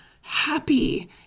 happy